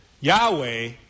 Yahweh